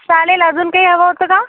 चालेल अजून काही हवं होतं का